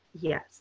Yes